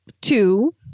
two